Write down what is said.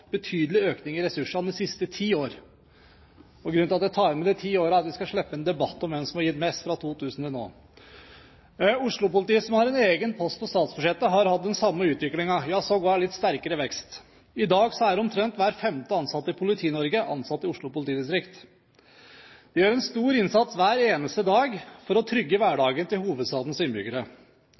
betydelig økning i ressursene de siste ti år. Og grunnen til at jeg tar med disse ti årene, er at vi skal slippe en debatt om hvem som har gitt mest fra 2000 til nå. Oslo-politiet, som har en egen post på statsbudsjettet, har hatt den samme utviklingen – ja sågar litt sterkere vekst. I dag er omtrent hver femte ansatt i Politi-Norge ansatt i Oslo politidistrikt. De gjør en stor innsats hver eneste dag for å trygge hverdagen til hovedstadens innbyggere.